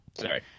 Sorry